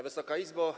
Wysoka Izbo!